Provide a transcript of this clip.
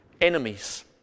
Enemies